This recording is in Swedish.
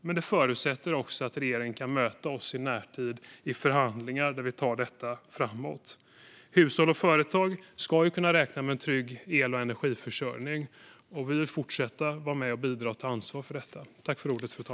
Men det förutsätter också att regeringen i närtid kan möta oss i förhandlingar där vi tar detta framåt. Hushåll och företag ska kunna räkna med en trygg el och energiförsörjning, och vi vill fortsätta att vara med och ta ansvar för detta.